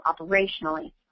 operationally